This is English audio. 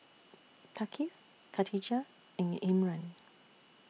Thaqif Katijah and Imran